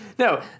No